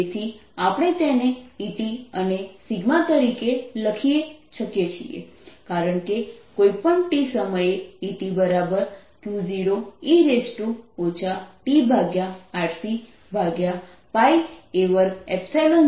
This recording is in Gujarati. તેથી આપણે તેને Et અને તરીકે લખી શકીએ છીએ કારણ કે કોઈપણ t સમયે Et Q0e tRCa20 z છે